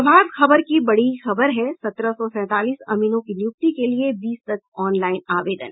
प्रभात खबर की बड़ी खबर है सत्रह सौ सैंतालीस अमीनों की नियुक्ति के लिए बीस तक ऑनलाईन आवेदन